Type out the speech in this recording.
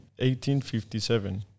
1857